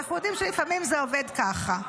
אנחנו יודעים שלפעמים זה עובד ככה.